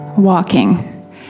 walking